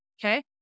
okay